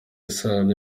isano